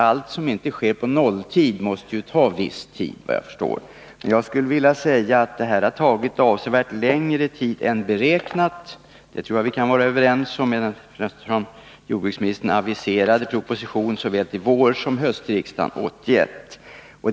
Allt som inte sker på nolltid måste ju ta viss tid, efter vad jag förstår. Men jag skulle vilja säga att det här har tagit avsevärt längre tid än beräknat — det tror jag vi kan vara överens om. Jordbruksministern aviserade ju en proposition såväl till våren som till hösten 1981.